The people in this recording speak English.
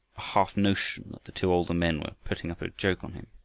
half notion that the two older men were putting up a joke on him.